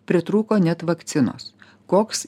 pritrūko net vakcinos koks